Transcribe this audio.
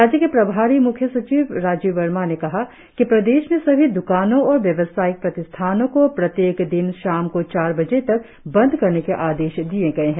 राज्य के प्रभारी मुख्य सचिव राजीव वर्मा ने कहा कि प्रदेश में सभी द्रकानों और व्यवसायिक प्रतिष्ठानों को प्रत्येक दिन शाम को चार बजे तक बंद करने के आदेश दिये गए है